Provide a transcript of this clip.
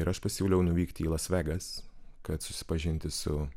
ir aš pasiūliau nuvykti į las vegas kad susipažinti su